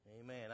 Amen